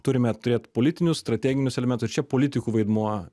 turime turėt politinius strateginius elementus čia politikų vaidmuo